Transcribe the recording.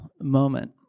moment